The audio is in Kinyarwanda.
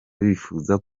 bifuza